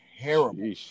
terrible